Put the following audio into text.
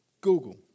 Google